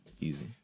Easy